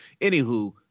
Anywho